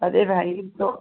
अरे भाई तो